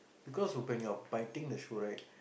because when you are biting the shoe right